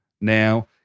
now